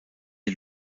est